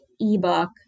ebook